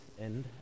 end